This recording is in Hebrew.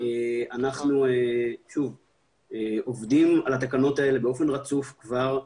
אנחנו עובדים על התקנות האלה באופן רצוף כבר שנים.